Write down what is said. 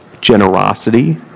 generosity